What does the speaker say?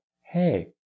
hey